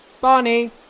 Barney